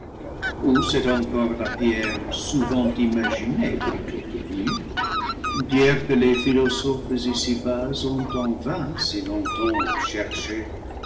c'est encore la pierre souvent imaginée plutôt que vue pierre que les philosophes ici-bas ont en vain si longtemps cherchée